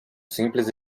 simples